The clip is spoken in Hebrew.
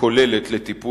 תקדם את